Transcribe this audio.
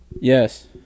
Yes